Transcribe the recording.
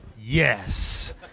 Yes